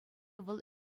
вӑл